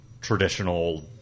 traditional